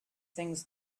things